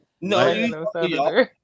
No